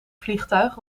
vliegtuig